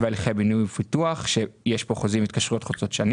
תפיצי בבקשה לחברי הכנסת.